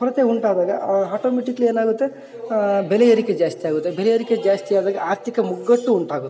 ಕೊರತೆ ಉಂಟಾದಾಗ ಹಾಟೊಮೇಟಿಕ್ಲಿ ಏನಾಗುತ್ತೆ ಬೆಲೆ ಏರಿಕೆ ಜಾಸ್ತಿ ಆಗುತ್ತೆ ಬೆಲೆ ಏರಿಕೆ ಜಾಸ್ತಿ ಆದಾಗ ಆರ್ಥಿಕ ಮುಗ್ಗಟ್ಟು ಉಂಟಾಗುತ್ತೆ